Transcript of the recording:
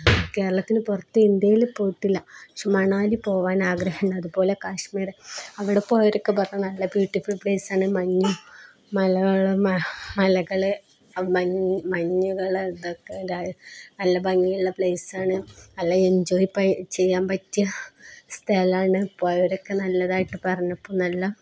കേരളത്തിന് പുറത്ത് ഇന്ത്യയില് പോയിട്ടില്ല പക്ഷേ മണാലി പോകാൻ ആഗ്രഹമുണ്ട് അതുപോലെ കാശ്മീര് അവിടെ പോയവരൊക്കെ പറഞ്ഞത് നല്ല ബ്യൂട്ടിഫുൾ പ്ലേസാണ് മഞ്ഞ് മലകള് മഞ്ഞുകള് ഇതൊക്കെ നല്ല ഭംഗിയുള്ള പ്ലേസാണ് നല്ല എൻജോയ് ചെയ്യാൻ പറ്റിയ സ്ഥലമാണ് പോയവരൊക്കെ നല്ലതായിട്ട് പറഞ്ഞപ്പോള് നല്ല